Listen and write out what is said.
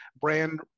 brand